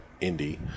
Indy